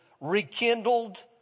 rekindled